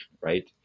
right